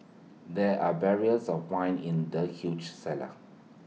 there are barrels of wine in the huge cellar